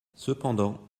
cependant